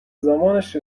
زمانش